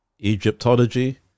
Egyptology